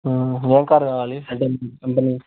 ఏం కార్ కావాలి అంటే కంపెనీ